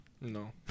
No